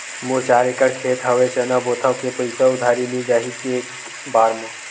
मोर चार एकड़ खेत हवे चना बोथव के पईसा उधारी मिल जाही एक बार मा?